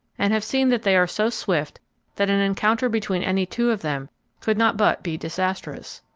and have seen that they are so swift that an encounter between any two of them could not but be disastrous.